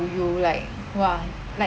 to you like !wah! like